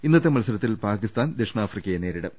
ഇന്നത്തെ മത്സരത്തിൽ പാക്കിസ്ഥാൻ ദക്ഷിണാഫ്രി ക്കയെ നേരിടും